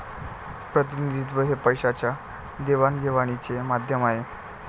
प्रतिनिधित्व हे पैशाच्या देवाणघेवाणीचे माध्यम आहे